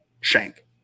Shank